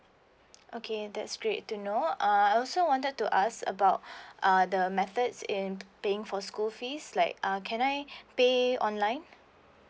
okay that's great to know uh I also wanted to ask about uh the methods in paying for school fees like err can I pay online